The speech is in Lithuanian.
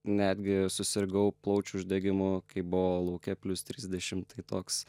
netgi susirgau plaučių uždegimu kai buvo lauke plius trisdešimt tai toks